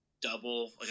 double